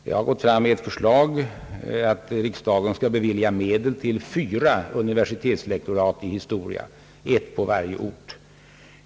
Jag har föreslagit att riksdagen skall bevilja medel till fyra universitetslektorat i historia, ett på varje ort.